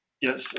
yes